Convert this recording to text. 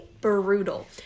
brutal